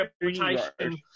interpretation